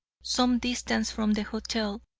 some distance from the hotel,